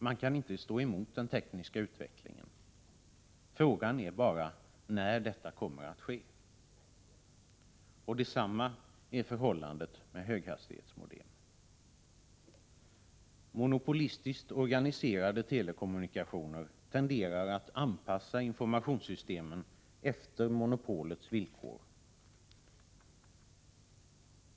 Man kan inte stå emot den tekniska utvecklingen. Frågan är bara när detta kommer att ske. Detsamma är förhållandet med höghastighetsmodem. Monopolistiskt organiserade telekommunikationer tenderar att anpassa informationssystemen efter monopolets villkor.